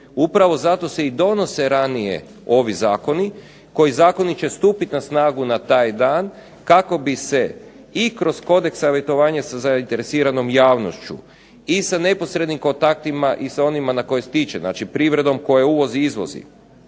upravo zato se i donose ranije ovi zakoni koji zakoni će stupiti na snagu na taj dan kako bi se i kroz kodeks savjetovanja sa zainiteresiranom javnošću i sa neposrednim kontaktima i sa onima na koje se tiče. Znači privredom tko je uvozi i izvozi